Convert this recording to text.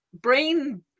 brain